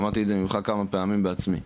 שמעתי את זה ממך כמה פעמים בעצמי,